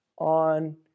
on